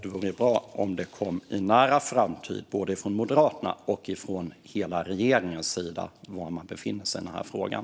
Det vore bra om det inom en nära framtid kom svar både från Moderaterna och från hela regeringens sida när det gäller var man befinner sig i den här frågan.